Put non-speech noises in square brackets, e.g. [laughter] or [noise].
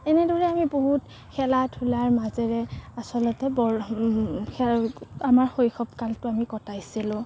এনেদৰে আমি বহুত খেলা ধূলাৰ মাজেৰে আচলতে বৰ [unintelligible] আমাৰ শৈশৱকালটো আমি কটাইছিলোঁ